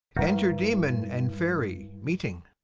enter demon and fairy, meeting.